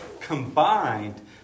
combined